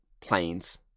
planes